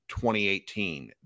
2018